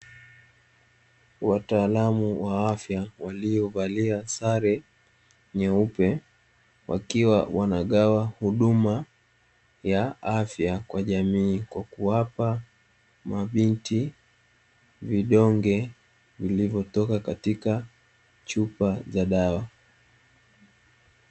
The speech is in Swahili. Wataalamu wa afya waliovalia sare nyeupe wakiwa wanagawa huduma ya afya kwenye jamii, kwa kuwapa mabinti vidonge vilivyotoka katika chupa katika ya dawa.